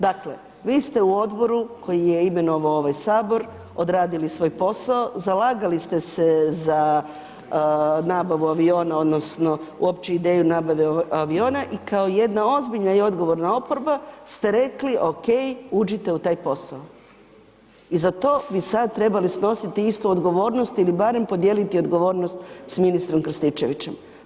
Dakle, vi ste u Odboru koji je imenovao ovaj HS, odradili svoj posao, zalagali ste se za nabavu aviona odnosno uopće ideju nabave aviona i kao jedna ozbiljna i odgovorna oporba ste rekli okej, uđite u taj posao i za to bi sad trebali snositi istu odgovornost ili barem podijeliti odgovornost s ministrom Krstičevićem.